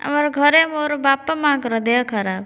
ଆମର ଘରେ ମୋର ବାପା ମାଆଙ୍କର ଦେହ ଖରାପ